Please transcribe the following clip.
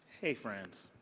hey, friends.